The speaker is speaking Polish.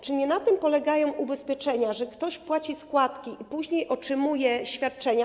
Czy nie na tym polegają ubezpieczenia, że ktoś płaci składki, a później otrzymuje świadczenia?